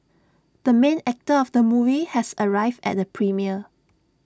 the main actor of the movie has arrived at the premiere